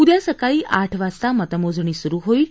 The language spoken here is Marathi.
उद्या सकाळी आठ वाजता मतमोजणी सुरु होईल